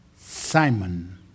Simon